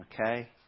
Okay